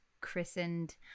christened